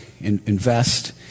invest